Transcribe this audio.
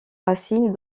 racines